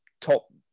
top